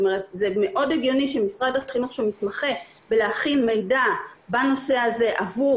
זה מאוד הגיוני שמשרד החינוך שמתמחה בהכנת מידע בנושא הזה עבור